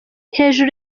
hejuru